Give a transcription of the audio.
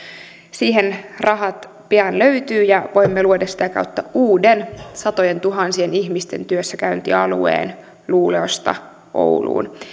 siihen rahat pian löytyvät ja voimme luoda sitä kautta uuden satojentuhansien ihmisten työssäkäyntialueen luleåsta ouluun